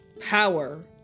power